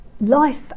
life